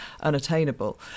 unattainable